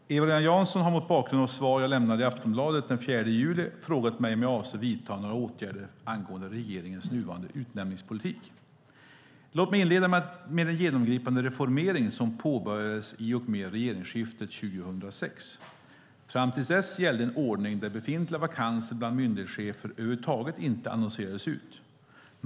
Herr talman! Eva-Lena Jansson har mot bakgrund av svar jag lämnade i Aftonbladet den 4 juli frågat mig om jag avser att vidta några åtgärder angående regeringens nuvarande utnämningspolitik. Låt mig inleda med den genomgripande reformering som påbörjades i och med regeringsskiftet 2006. Fram till dess gällde en ordning där befintliga vakanser bland myndighetschefer över huvud taget inte annonserades ut.